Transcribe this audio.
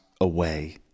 away